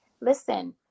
listen